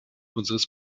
unseres